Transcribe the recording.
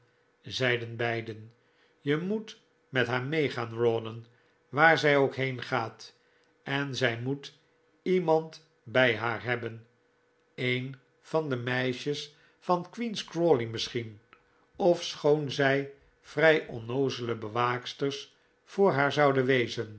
zeiden beiden jij moet met haar meegaan rawdon waar zij ook heen gaat en zij moet iemand bij haar hebben een van de meisjes van queen's crawley misschien ofschoon zij vrij onnoozele bewaaksters voor haar zouden wezen